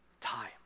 time